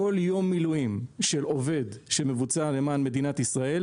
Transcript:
כל יום מילואים של עובד שמבוצע למען מדינת ישראל,